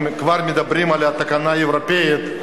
אם מדברים על התקנה האירופית,